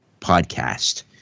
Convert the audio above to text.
podcast